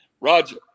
Roger